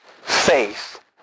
Faith